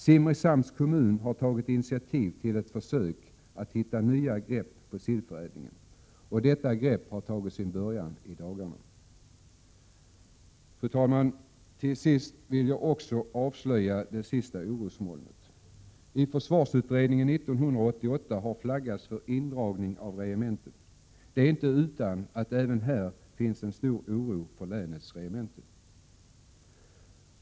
Simrishamns kommun har tagit initiativ till ett försök att hitta nya grepp när det gäller sillförädling. Detta grepp har tagits i dagarna. Fru talman! Till sist vill jag också avslöja det sista orosmolnet. I försvarsutredningen 1988 har flaggats för indragning av regementen. Det är inte utan att det även här finns stor oro för länets regemente.